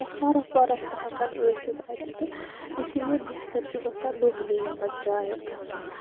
یا سرَف وَرَف تہِ ہیٚکن ٲسِتھ اَتہِ تہٕ اِسلیے بِہتَر چھُ گَژھان دۄہلے یِمَن جایَن گَژھن